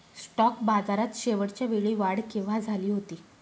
Stock बाजारात शेवटच्या वेळी वाढ केव्हा झाली होती?